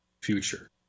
future